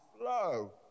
flow